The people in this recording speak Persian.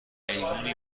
حیوونی